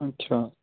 ਅੱਛਾ